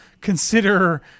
consider